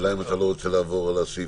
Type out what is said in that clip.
השאלה אם אתה לא רוצה לעבור על הסעיפים